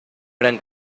gran